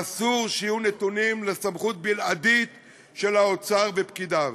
ואסור שיהיו נתונים לסמכות הבלעדית של האוצר ופקידיו.